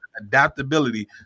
adaptability